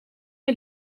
che